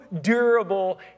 durable